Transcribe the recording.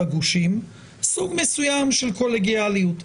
בגושים - סוג מסוים של קולגיאליות.